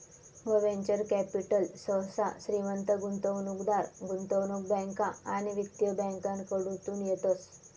venture capital सहसा श्रीमंत गुंतवणूकदार, गुंतवणूक बँका आणि वित्तीय बँकाकडतून येतस